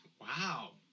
Wow